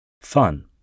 fun